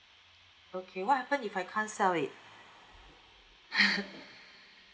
okay what happen if I can't sell it